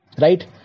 right